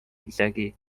isegi